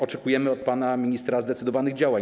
Oczekujemy od pana ministra zdecydowanych działań.